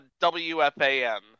WFAN